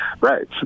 Right